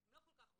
הם לא כל כך רוצים.